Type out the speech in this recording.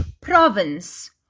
province